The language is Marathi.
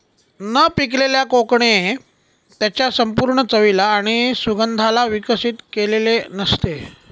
न पिकलेल्या कोकणे त्याच्या संपूर्ण चवीला आणि सुगंधाला विकसित केलेले नसते